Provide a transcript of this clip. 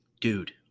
Dude